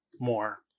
more